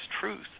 truth